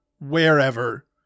wherever